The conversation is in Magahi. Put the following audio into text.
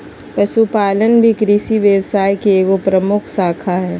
पशुपालन भी कृषि व्यवसाय के एगो प्रमुख शाखा हइ